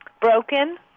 Broken